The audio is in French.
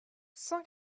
cent